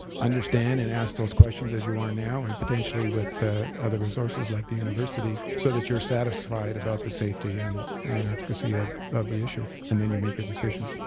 understand and ask those questions as you are now, and potentially with other resources, like the university, so that you're satisfied about the safety and and efficacy ah of the issue. and then you make your decision.